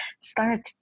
start